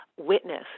witness